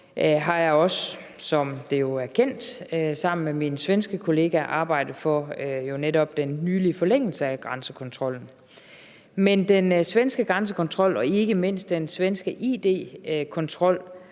har jeg også, som det jo er kendt, sammen med min svenske kollega netop arbejdet for den nylige forlængelse af grænsekontrollen. Men den svenske grænsekontrol og ikke mindst den svenske id-kontrol